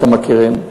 אתם מכירים.